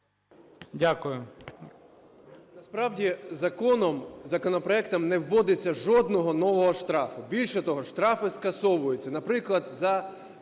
Дякую.